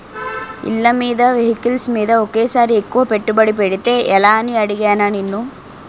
ఇళ్ళమీద, వెహికల్స్ మీద ఒకేసారి ఎక్కువ పెట్టుబడి పెడితే ఎలా అని అడిగానా నిన్ను